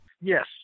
Yes